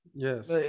Yes